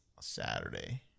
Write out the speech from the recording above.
Saturday